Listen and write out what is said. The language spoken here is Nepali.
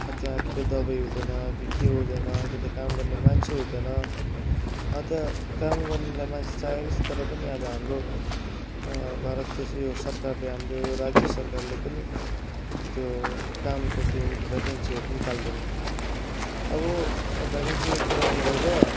त्यहाँ कि त दबाई हुँदैन कि के हुँदैन कि त काम गर्ने मान्छे हुँदैन त्यहाँ काम गर्नेलाई मान्छे चाहेको छ तर पनि अब हाम्रो भारतीय यो सरकारले हाम्रो यो राज्य सरकारले पनि त्यो कामको त्यो भ्याकेन्सीहरू निकाल्दैन अब भ्याकेन्सीको कुरा छोडेर